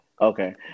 okay